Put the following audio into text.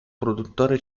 produttore